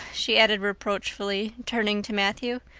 she added reproachfully, turning to matthew,